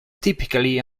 typically